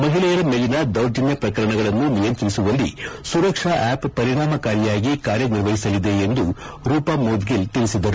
ಮಹಿಳೆಯರ ಮೇಲಿನ ದೌರ್ಜನ್ನ ಪ್ರಕರಣಗಳನ್ನು ನಿಯಂತ್ರಿಸುವಲ್ಲಿ ಸುರಕ್ಷಾ ಆಪ್ ಪರಿಣಾಮಕಾರಿಯಾಗಿ ಕಾರ್ಯನಿರ್ವಹಿಸಲಿದೆ ಎಂದು ರೂಪಾ ಮೌದ್ಧಿಲ್ ತಿಳಿಸಿದರು